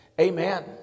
Amen